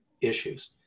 issues